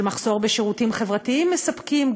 של מחסור בשירותים חברתיים מספקים,